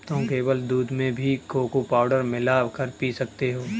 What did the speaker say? तुम केवल दूध में भी कोको पाउडर मिला कर पी सकते हो